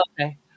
Okay